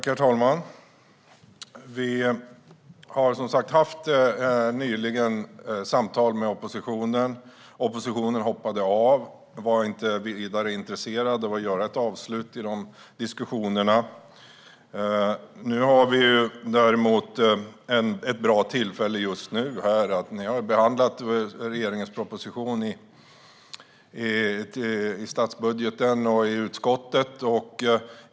Herr talman! Vi har som sagt nyligen haft samtal med oppositionen. Oppositionen hoppade av - de var inte vidare intresserade av att komma till ett avslut i diskussionerna. Just nu har vi däremot ett bra tillfälle. Regeringens proposition har behandlats i statsbudgeten och i utskottet.